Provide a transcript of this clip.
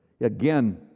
Again